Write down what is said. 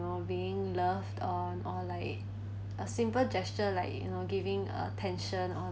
you know being loved on or like a simple gesture like you know giving attention on